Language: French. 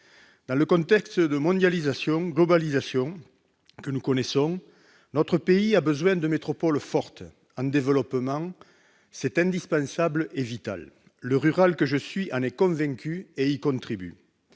dans le contexte de mondialisation-globalisation que nous connaissons, notre pays a besoin de métropoles fortes et en développement ; c'est indispensable et vital ! Le rural que je suis en est convaincu et y contribue.